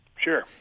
Sure